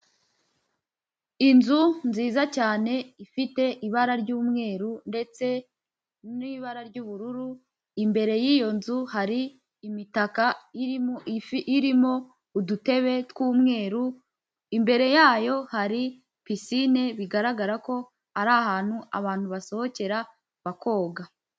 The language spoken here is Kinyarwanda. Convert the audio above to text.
Inzu nziza cyane ifite ibara ry'umweru ndetse n'ibara ry'ubururu, imbere y'iyo nzu hari imitaka irimo udutebe tw'umweru, imbere yayo hari pisine bigaragara ko ari ahantu abantu basohokera bakoga.